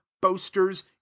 boasters